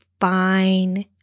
fine